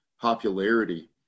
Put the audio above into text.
popularity